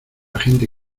gente